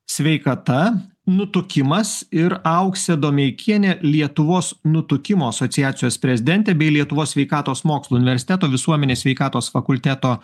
sveikata nutukimas ir auksė domeikienė lietuvos nutukimo asociacijos prezidentė bei lietuvos sveikatos mokslų universiteto visuomenės sveikatos fakulteto